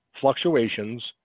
fluctuations